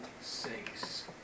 Six